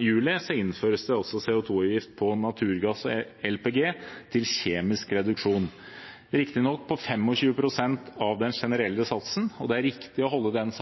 juli innføres det også CO 2 -avgift på naturgass og LPG til kjemisk reduksjon, riktignok på 25 pst. av den generelle satsen. Det er riktig å holde den